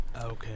Okay